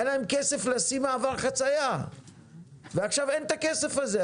היה להם כסף לשים מעבר חציה ועכשיו אין את הכסף הזה,